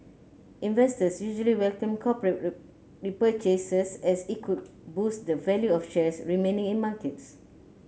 investors usually welcome corporate repurchases as it could boost the value of shares remaining in markets